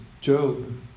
Job